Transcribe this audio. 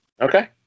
okay